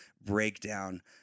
breakdown